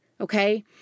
okay